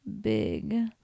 big